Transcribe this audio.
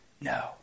No